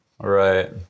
Right